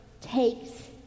takes